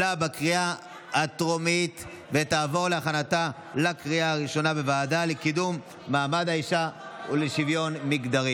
התשפ"ג 2023, לוועדה שתקבע ועדת הכנסת נתקבלה.